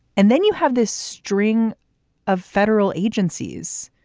and then you have this string of federal agencies.